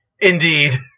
Indeed